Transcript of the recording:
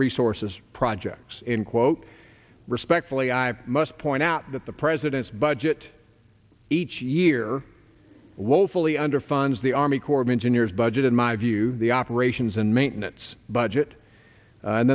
resources projects in quote respectfully i must point out that the president's budget each year woefully underfunded the army corps of engineers budget in my view the operations and maintenance budget and